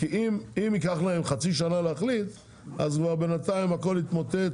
כי אם ייקח להם חצי שנה להחליט אז כבר בינתיים הכל יתמוטט,